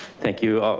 thank you,